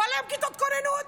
כל כיתות הכוננות.